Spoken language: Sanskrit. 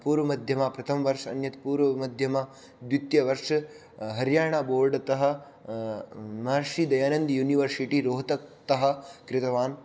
पूर्वमध्यमाप्रथमवर्ष अन्यत् पूर्वमध्यमाद्वितीयवर्ष हरीयाणा बोर्ड्तः महर्षिदयानन्द युनिवर्सिटी रोहतक्तः कृतवान्